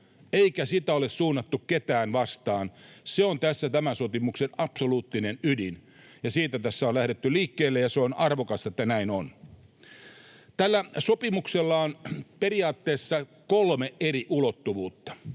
eikä sitä ole suunnattu ketään vastaan. Se on tässä tämän sopimuksen absoluuttinen ydin, ja siitä tässä on lähdetty liikkeelle, ja se on arvokasta, että näin on. Tällä sopimuksella on periaatteessa kolme eri ulottuvuutta.